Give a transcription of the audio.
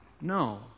no